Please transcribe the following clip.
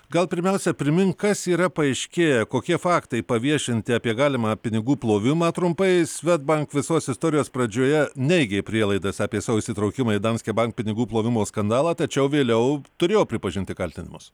gal pirmiausia primink kas yra paaiškėję kokie faktai paviešinti apie galimą pinigų plovimą trumpai swedbank visos istorijos pradžioje neigė prielaidas apie savo įsitraukimą į danske bank pinigų plovimo skandalą tačiau vėliau turėjo pripažinti kaltinimus